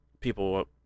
people